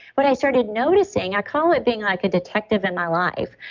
what i started noticing, i call it being like a detective in my life,